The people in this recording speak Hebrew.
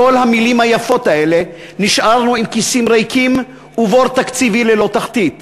מכל המילים היפות האלה נשארנו עם כיסים ריקים ובור תקציבי ללא תחתית.